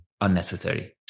unnecessary